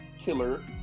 killer